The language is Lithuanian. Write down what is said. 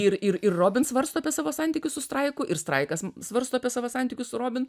ir ir ir robin svarsto apie savo santykius su straiku ir straikas svarsto apie savo santykius su robin